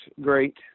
great